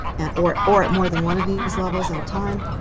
and or or at more than one of these levels at a time.